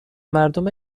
مردم